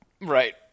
Right